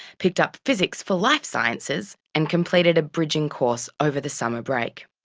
picked up physics for life sciences and completed a bridging course over the summer break.